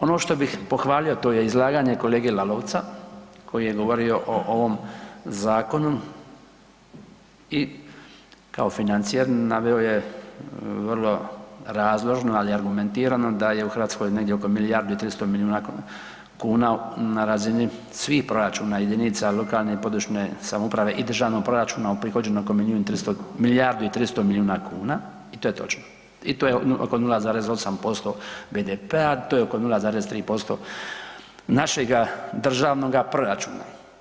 Ono što bih pohvalio to je izlaganje kolege Lalovca koji je govorio o ovom zakonu i kao financijer naveo je vrlo razložno, ali argumentirano da je u Hrvatskoj negdje oko milijardu i 300 milijuna kuna na razini svih proračuna jedinica lokalne i područne samouprave i državnog proračuna uprihođeno oko milijun i 300, milijardu i 300 milijuna kuna i to je točno i to je oko 0,8% BDP-a, to je oko 0,3% našega državnog proračuna.